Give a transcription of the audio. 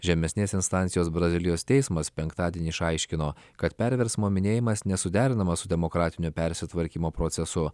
žemesnės instancijos brazilijos teismas penktadienį išaiškino kad perversmo minėjimas nesuderinamas su demokratinio persitvarkymo procesu